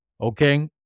Okay